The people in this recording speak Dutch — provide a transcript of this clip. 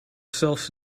zelfs